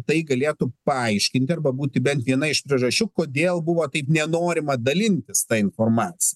tai galėtų paaiškinti arba būti bent viena iš priežasčių kodėl buvo taip nenorima dalintis ta informacija